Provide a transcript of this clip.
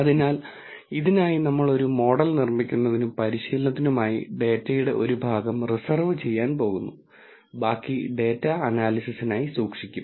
അതിനാൽ ഇതിനായി നമ്മൾ ഒരു മോഡൽ നിർമ്മിക്കുന്നതിനും പരിശീലനത്തിനുമായി ഡാറ്റയുടെ ഒരു ഭാഗം റിസർവ് ചെയ്യാൻ പോകുന്നു ബാക്കി ഡാറ്റ അനാലിസിസിനായി സൂക്ഷിക്കും